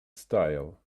style